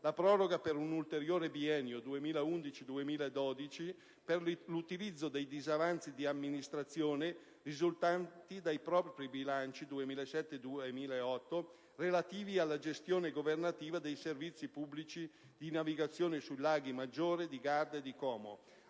la proroga per un ulteriore biennio (2011-2012) per l'utilizzo dei disavanzi di amministrazione risultanti dai propri bilanci 2007 e 2008 relativi alla gestione governativa dei servizi pubblici di navigazione sui laghi Maggiore, di Garda e di Como